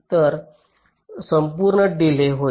तर संपूर्ण डिलेज होईल